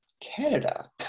Canada